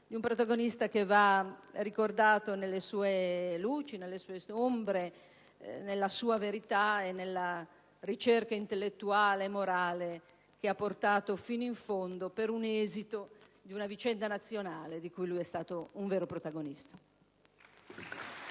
di un protagonista che va rammentato nelle sue luci, nelle sue ombre, nella sua verità e nella ricerca intellettuale e morale che ha portato fino in fondo, per un esito di una vicenda nazionale di cui lui è stato un vero protagonista.